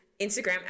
Instagram